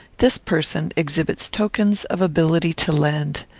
this person exhibits tokens of ability to lend.